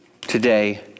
today